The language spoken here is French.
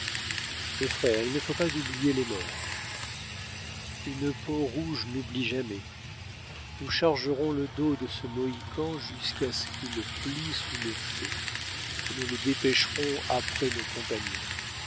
mes frères il ne faut pas oublier les morts une peau-rouge n'oublie jamais nous chargerons le dos de ce mohican jusqu'à ce qu'il plie sous le faix et nous le dépêcherons après nos compagnons